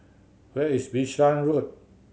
where is Bishan Road